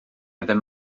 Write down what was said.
ddim